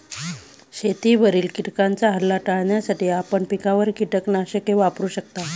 शेतावरील किटकांचा हल्ला टाळण्यासाठी आपण पिकांवर कीटकनाशके वापरू शकता